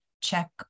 check